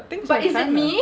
but things are done [what]